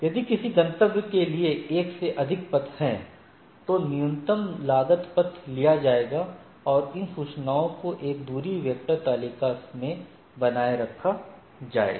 यदि किसी गंतव्य के लिए एक से अधिक पथ हैं तो न्यूनतम लागत पथ लिया जाएगा और इन सूचनाओं को एक डिस्टेंस वेक्टर तालिका में बनाए रखा जाएगा